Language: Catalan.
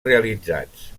realitzats